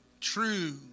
True